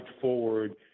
forward